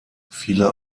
viele